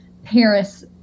Paris